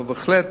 אבל בהחלט